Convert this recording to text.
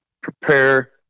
prepare